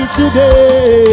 today